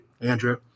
Andrew